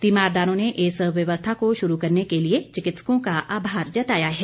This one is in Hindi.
तीमारदारों ने इस व्यवस्था को शुरू करने के लिए चिकित्सकों का आभार जताया है